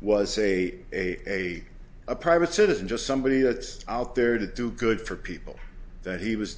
was a a a a private citizen just somebody that's out there to do good for people that he was